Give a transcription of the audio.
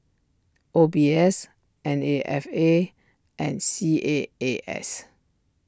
O B S N A F A and C A A S